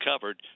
covered